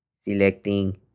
selecting